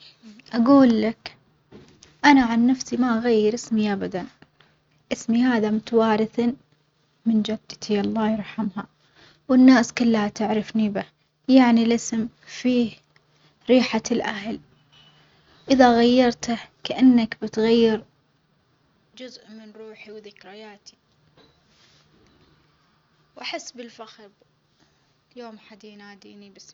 أجول لك أنا عن نفسي ما أغير اسمي أبدًا، اسمي هذا متوراث من جدتي الله يرحمها والناس كلها تعرفني به، يعني الإسم فيه ريحة الأهل إذا غيرته كأنك بتغير جزء من روحي وذكرياتي، وأحس بالفخر يوم حد يناديني بإسمي.